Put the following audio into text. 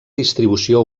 distribució